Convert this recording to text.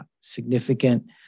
significant